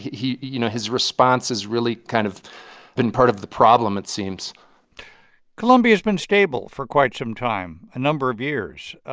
you know, his response has really kind of been part of the problem, it seems colombia has been stable for quite some time, a number of years.